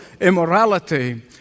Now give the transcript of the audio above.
immorality